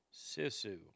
Sisu